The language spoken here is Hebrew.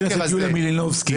חברת הכנסת יוליה מלינובסקי.